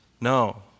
No